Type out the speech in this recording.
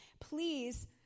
please